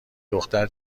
دختر